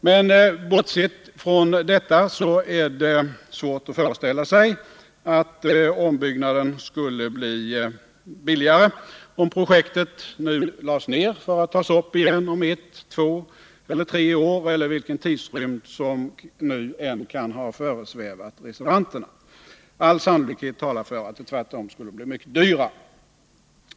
Men bortsett från detta är det svårt att föreställa sig att ombyggnaden skulle bli billigare om projektet nu lades ner för att tas upp igen om ett, två eller tre år eller vilken tidrymd som nu än kan ha föresvävat reservanterna. All sannolikhet talar för att det tvärtom skulle bli mycket dyrare.